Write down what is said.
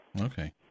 Okay